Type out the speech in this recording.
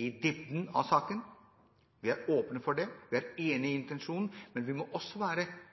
i dybden av saken. Vi er åpne for det, vi er enige i intensjonen, men vi må også være enig i